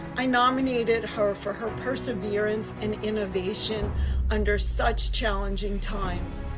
i nominated her for her perseverance and innovation under such challenging times.